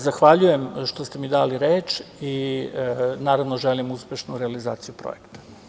Zahvaljujem što ste mi dali reč i naravno želim uspešnu realizaciju projekta.